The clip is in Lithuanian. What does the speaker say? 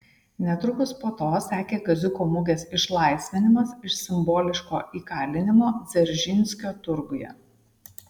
netrukus po to sekė kaziuko mugės išlaisvinimas iš simboliško įkalinimo dzeržinskio turguje